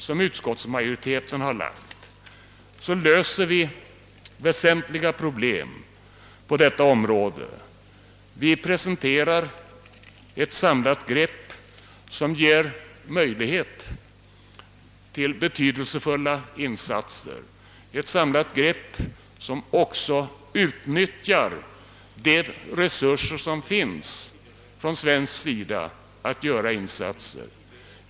Med utskottsmajoritetens förslag löser vi väsentliga problem på detta område. Vi presenterar ett samlat grepp, som ger möjlighet till betydelsefulla insatser, ett samlat grepp som också utnyttjar våra resurser att göra insatser.